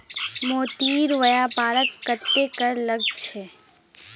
मोतीर व्यापारत कत्ते कर लाग छ